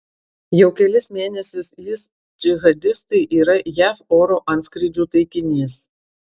jau kelis mėnesius is džihadistai yra jav oro antskrydžių taikinys